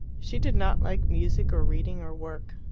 she did not like music, or reading, or work.